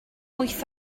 wyth